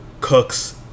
cooks